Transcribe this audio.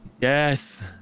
Yes